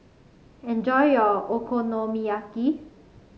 enjoy your Okonomiyaki